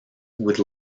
would